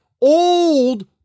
old